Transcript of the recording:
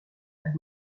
ami